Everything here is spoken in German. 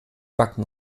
backen